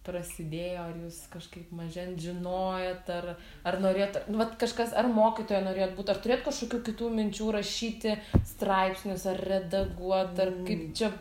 prasidėjo ar jūs kažkaip mažen žinojot ar ar norėjot nu vat kažkas ar mokytoja norėjot būti ar turėjot kažkokių kitų minčių rašyti straipsnius ar redaguot ar kaip čia